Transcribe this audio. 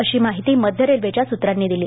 अशी माहिती मध्य रेल्वेच्या सुत्रांनी दिली